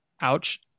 Ouch